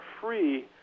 free